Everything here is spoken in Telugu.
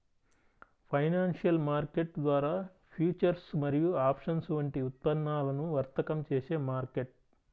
ఫైనాన్షియల్ మార్కెట్ ద్వారా ఫ్యూచర్స్ మరియు ఆప్షన్స్ వంటి ఉత్పన్నాలను వర్తకం చేసే మార్కెట్